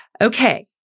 Okay